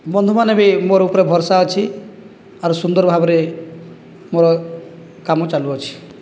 ବନ୍ଧୁମାନେ ବି ମୋର ଉପରେ ଭରସା ଅଛି ଆର୍ ସୁନ୍ଦର ଭାବରେ ମୋର କାମ ଚାଲୁଅଛି